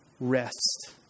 rest